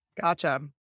Gotcha